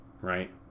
right